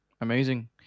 amazing